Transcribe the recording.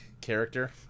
character